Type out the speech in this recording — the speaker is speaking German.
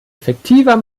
effektiver